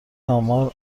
امار